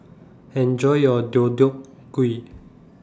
Enjoy your Deodeok Gui